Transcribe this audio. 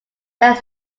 that